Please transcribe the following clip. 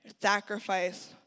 sacrifice